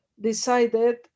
decided